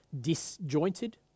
disjointed